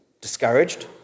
discouraged